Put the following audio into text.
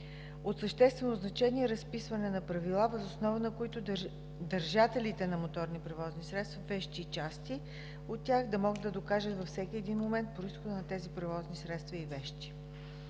От съществено значение е разписване на правила, въз основа на които държателите на моторни превозни средства, вещи и части от тях да може да докажат във всеки един момент произхода на тези превозни средства и вещи.